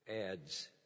adds